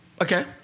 Okay